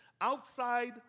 outside